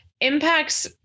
impacts